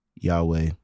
Yahweh